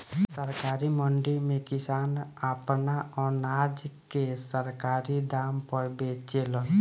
सरकारी मंडी में किसान आपन अनाज के सरकारी दाम पर बेचेलन